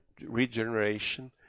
regeneration